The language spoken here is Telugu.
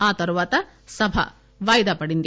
ఆ తర్వాత సభ వాయిదా పడింది